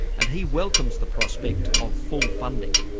and he welcomes the prospect of full funding.